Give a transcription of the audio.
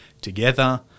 together